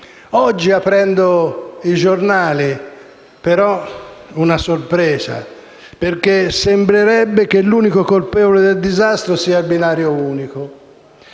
Oggi aprendo i giornali, però, ho avuto una sorpresa: sembrerebbe che l'unico colpevole del disastro sia il binario unico.